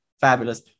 fabulous